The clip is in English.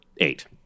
eight